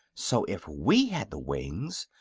so, if we had the wings,